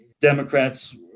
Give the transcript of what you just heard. Democrats